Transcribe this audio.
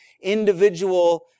individual